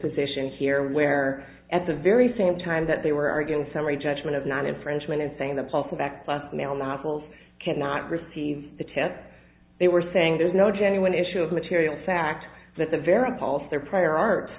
position here where at the very same time that they were arguing summary judgment of not infringement and saying the pulse back class mail novels cannot receive the tip they were saying there's no genuine issue of material fact that the vera pulse their prior art